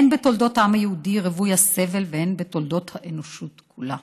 הן בתולדות העם היהודי רווי הסבל והן בתולדות האנושות כולה.